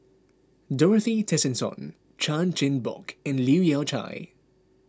Dorothy Tessensohn Chan Chin Bock and Leu Yew Chye